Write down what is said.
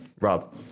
Rob